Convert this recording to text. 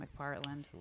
McPartland